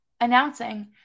announcing